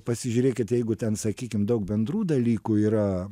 pasižiūrėkit jeigu ten sakykim daug bendrų dalykų yra